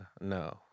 No